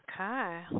Okay